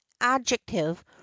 adjective